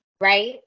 right